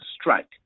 strike